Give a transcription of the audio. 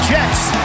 Jets